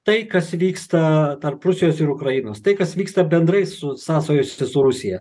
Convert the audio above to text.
tai kas vyksta tarp rusijos ir ukrainos tai kas vyksta bendrai su sąsajoj su rusija